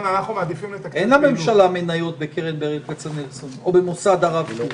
אין לממשלה מניות בקרן ברל כצנלסון או במוסד הרב קוק.